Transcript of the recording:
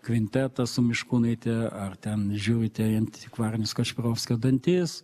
kvintetą su miškūnaite ar ten žiūrite į antikvarinius kašpirovskio dantis